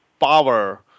power